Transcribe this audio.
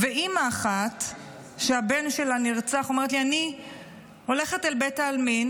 אימא אחת שהבן שלו נרצח אומרת לי: אני הולכת אל בית העלמין